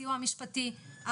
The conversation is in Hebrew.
סיוע משפטי,